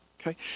okay